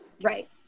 right